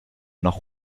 noch